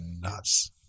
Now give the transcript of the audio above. nuts